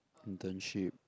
internship